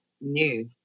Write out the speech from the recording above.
new